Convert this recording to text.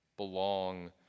belong